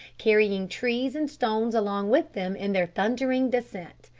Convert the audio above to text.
carrying trees and stones along with them in their thundering descent.